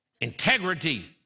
integrity